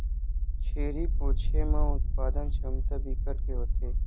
छेरी पोछे म उत्पादन छमता बिकट के होथे